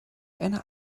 eine